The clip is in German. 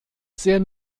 sehr